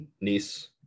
niece